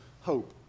Hope